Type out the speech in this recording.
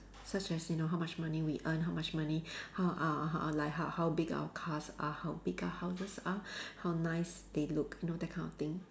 such as you know how much money we earn how much money how uh uh like how how big our cars are how big our houses are how nice they look you know that kind of thing